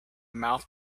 mouth